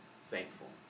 Thankful